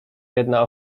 jedna